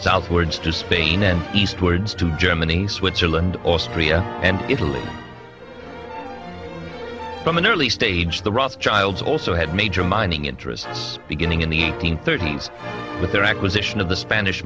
southwards to spain and eastwards to germany switzerland austria and italy from an early stage the rothschilds also had major mining interests beginning in the eight hundred thirty s with their acquisition of the spanish